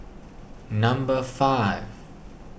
number five